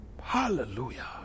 Hallelujah